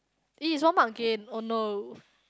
it is one mark gain oh no